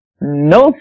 no